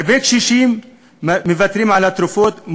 הרבה קשישים מוותרים על התרופות,